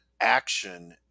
action